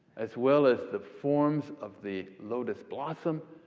as well as the forms of the lotus blossom.